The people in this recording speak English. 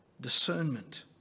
discernment